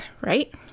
right